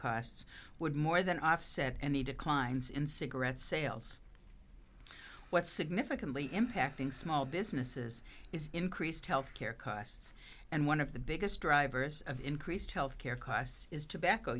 costs would more than offset any declines in cigarette sales what significantly impacting small businesses is increased health care costs and one of the biggest drivers of increased health care costs is tobacco